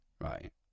right